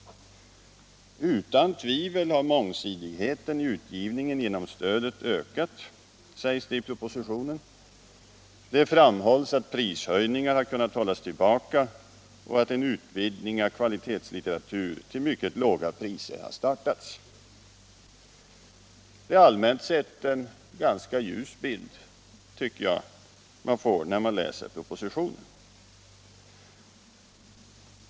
Utan tvivel har mångsidigheten i utgivningen ökat genom stödet, sägs det i propositionen. Det framhålls att prishöjningar har kunnat hållas tillbaka och att en utgivning av kvalitetslitteratur till mycket låga priser har startats. Det är allmänt sett en ganska ljus bild man får när man läser propositionen, tycker jag.